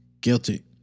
guilty